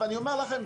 ואני אומר לכם,